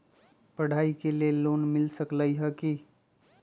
पढाई के लेल लोन मिल सकलई ह की?